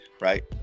right